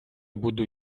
буду